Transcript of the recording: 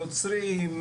נוצרים,